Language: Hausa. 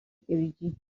kirji